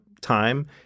time